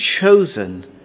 chosen